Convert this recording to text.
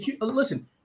listen